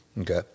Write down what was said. Okay